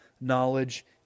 knowledge